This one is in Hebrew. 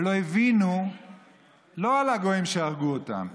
לא על הגויים שהרגו אותם,